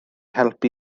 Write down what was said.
helpu